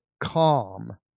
calm